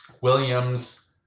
Williams